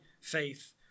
faith